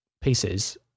pieces